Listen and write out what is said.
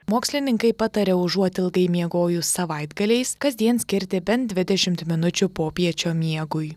mokslininkai pataria užuot ilgai miegojus savaitgaliais kasdien skirti bent dvidešimt minučių popiečio miegui